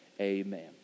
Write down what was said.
amen